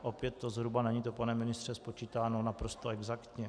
Opět je to zhruba, není to, pane ministře, spočítáno naprosto exaktně.